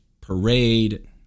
parade